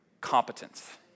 competence